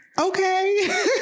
okay